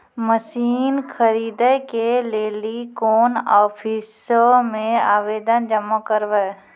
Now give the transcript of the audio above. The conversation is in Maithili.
मसीन खरीदै के लेली कोन आफिसों मे आवेदन जमा करवै?